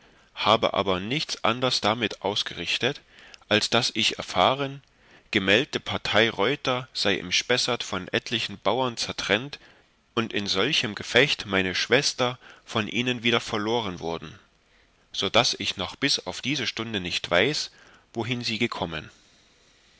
habe aber nichts anders damit ausgerichtet als daß ich erfahren gemeldte partei reuter sei im spessert von etlichen bauren zertrennt und in solchem gefecht meine schwester von ihnen wieder verloren worden also daß ich noch bis auf diese stunde nicht weiß wohin sie kommen